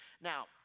Now